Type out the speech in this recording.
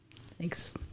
thanks